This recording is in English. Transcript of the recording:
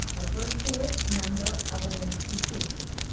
a virtuous member of an institution.